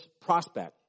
prospect